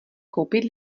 koupit